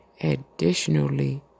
Additionally